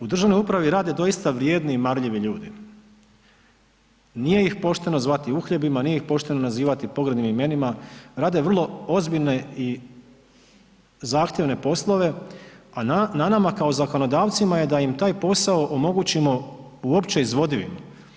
U državnoj upravi rade doista vrijedni i marljivi ljudi, nije ih pošteno zvati uhljebima, nije ih pošteno nazivati pogrdnim imenima, rade vrlo ozbiljne i zahtjevne poslove, a na nama kao zakonodavcima je da im taj posao omogućimo uopće izvodivim.